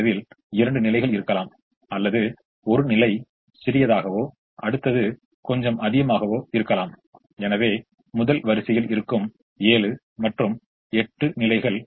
எனவே இது இங்கே ஒரு 1 ஆகவும் இங்கே a 1 ஆகவும் இங்கு a 1 ஆகவும் இருக்கிறது ஆக இது சுழற்சி முறையின் காரணமாக சமநிலையை அடையும்